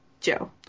Joe